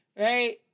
Right